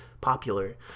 popular